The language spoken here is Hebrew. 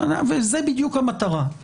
זו בדיוק המטרה.